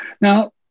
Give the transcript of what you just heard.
Now